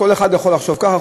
כל אחד יכול לחשוב ככה,